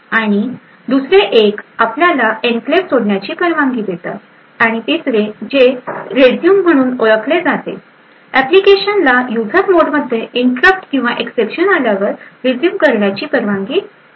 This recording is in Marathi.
आणि दुसरे एक आपल्याला एनक्लेव्ह सोडण्याची परवानगी देईल आणि तिसरे जे रेझ्युम म्हणून ओळखले जाते एप्लीकेशन ला यूजर मोड मध्ये इंटरप्ट किंवा एक्सएप्शन आल्यावर रेझ्युम करण्याची परवानगी देईल